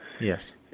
Yes